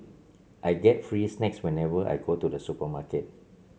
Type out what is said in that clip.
I get free snacks whenever I go to the supermarket